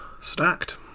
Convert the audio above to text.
stacked